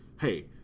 hey